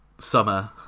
summer